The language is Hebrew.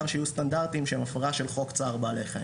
שיהיו סטנדרטים שהם הפרה של חוק צער בעלי חיים.